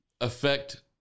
affect